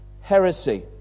heresy